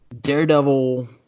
Daredevil